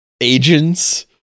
agents